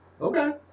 Okay